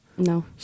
No